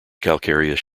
calcareous